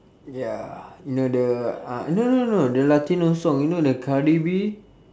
ya you know the ah no no no the latino song you know the cardi B